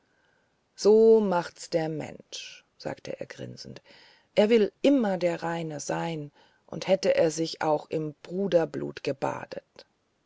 so macht's der mensch sagte er grinsend er will immer der reine sein und hätte er sich auch im bruderblut gebadet